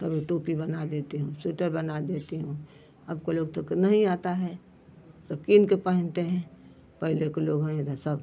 कभी टोपी बना देती हूँ स्विटर बना देती हूँ अब के लोग तो नहीं आता है सब किन के पहनते हैं पहले के लोग हैं इधर सब